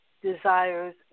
Desires